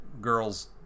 girls